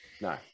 No